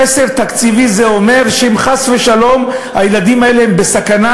חסר תקציבי זה אומר שאם חס ושלום הילדים האלה בסכנה,